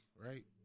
right